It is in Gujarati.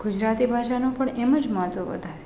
ગુજરાતી ભાષાનું પણ એમ જ મહત્ત્વ વધારે છે